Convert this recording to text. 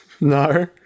No